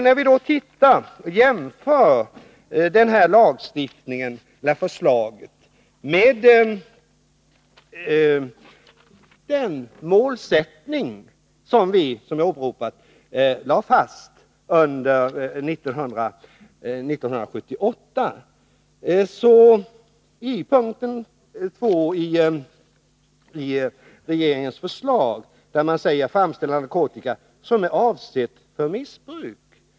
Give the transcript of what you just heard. När vi jämför det föreliggande förslaget med den målsättning som riksdagen lade fast 1978 så finner vi bl.a. följande. I p. 2i regeringens förslag till lagtext står det ”framställer narkotika som är avsedd för missbruk”.